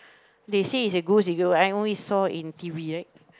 they say is a ghost if you I only saw in T_V right